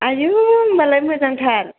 आयौ होम्बालाय मोजांथार